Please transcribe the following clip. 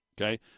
Okay